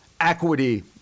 equity